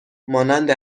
مانند